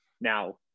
Now